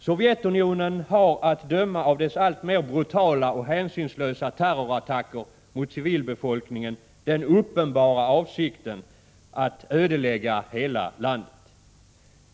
Sovjetunionen har att döma av dess alltmer brutala och hänsynslösa terrorattacker mot civilbefolkningen den uppenbara avsikten att ödelägga hela landet.